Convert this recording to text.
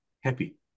happy